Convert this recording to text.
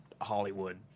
Hollywood